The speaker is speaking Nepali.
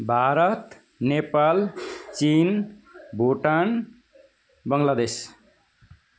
भारत नेपाल चीन भुटान बङ्लादेश